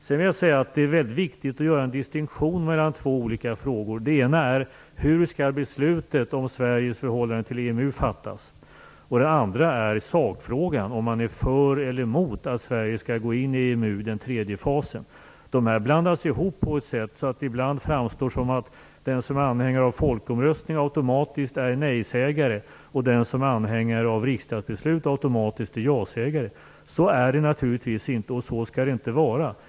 Sedan vill jag säga att det är väldigt viktigt att göra en distinktion mellan två olika frågor. Den ena är hur beslutet om Sveriges förhållande till EMU skall fattas. Den andra är sakfrågan; om man är för eller emot att Sverige skall gå in i EMU, den tredje fasen. Detta blandas ihop på ett sådant sätt att det ibland framstår som att den som är anhängare av folkomröstning automatiskt är nej-sägare och att den som är anhängare av riksdagsbeslut automatiskt är ja-sägare. Så är det naturligtvis inte, och så skall det inte vara.